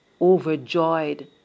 overjoyed